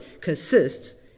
consists